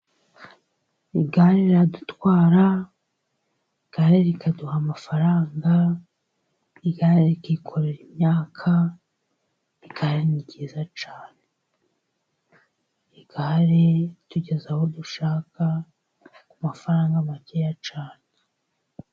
Igare riradutwara, igare rikaduha amafaranga, igare rikikorera imyaka, igare ni ryiza cyane. Igare ritugeza aho dushaka ku mafaranga makeya cyane.